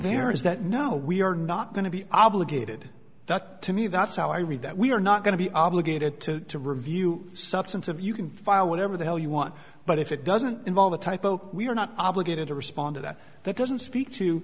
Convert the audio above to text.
is that no we are not going to be obligated to me that's how i read that we are not going to be obligated to review substantive you can file whatever the hell you want but if it doesn't involve a typo we are not obligated to respond to that that doesn't speak to